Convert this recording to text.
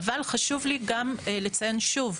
אבל חשוב לי גם לציין, שוב,